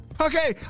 Okay